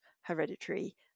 hereditary